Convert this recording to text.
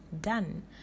Done